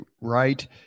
right